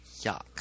Yuck